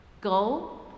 Go